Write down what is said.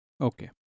Okay